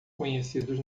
conhecidos